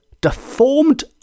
deformed